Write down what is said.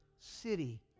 city